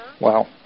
Wow